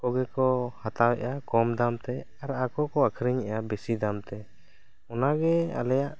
ᱠᱚ ᱜᱮ ᱠᱚ ᱦᱟᱛᱟᱣᱮᱜᱼᱟ ᱠᱚᱢ ᱫᱟᱢ ᱛᱮ ᱟᱨ ᱟᱠᱚ ᱠᱚ ᱟᱹᱠᱷᱨᱤᱧᱮᱜᱼᱟ ᱵᱮᱥᱤ ᱫᱟᱢ ᱛᱮ ᱚᱱᱟ ᱜᱮ ᱟᱞᱮᱭᱟᱜ